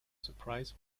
surprise